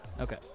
Okay